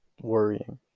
worrying